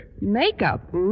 Makeup